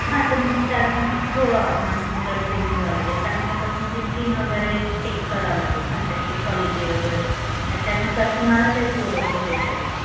हां तुम कारण हो मग आमच्याकडेच येऊन घ्यावं लागेल कारण का तर तुमची स्कीन वगैरे चेक करावं लागेल ना त्याची क्वालिटी वगैरे त्याच्यानुसार तुम्हाला ते प्रोडॉक्ट देता येईल